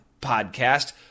podcast